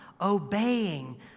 obeying